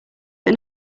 but